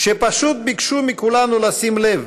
שפשוט ביקשו מכולנו לשים לב,